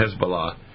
Hezbollah